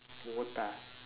ootah